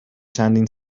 چندین